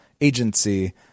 agency